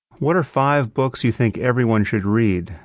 what are five books you think everyone should read?